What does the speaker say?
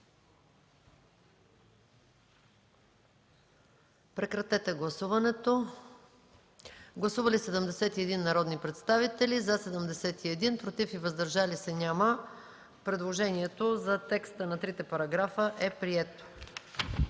колеги, гласувайте. Гласували 71 народни представители: за 71, против и въздържали се няма. Предложенията за текста на трите параграфа са приети.